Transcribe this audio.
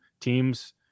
teams